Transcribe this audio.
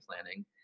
planning